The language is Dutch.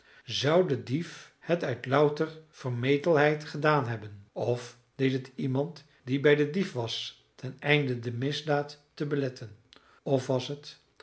de dief het uit louter vermetelheid gedaan hebben of deed het iemand die bij den dief was ten einde de misdaad te beletten of was het